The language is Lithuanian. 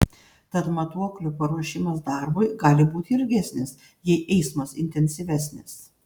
tad matuoklio paruošimas darbui gali būti ilgesnis jei eismas intensyvesnis